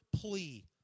plea